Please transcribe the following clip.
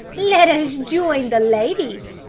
let us join the ladies,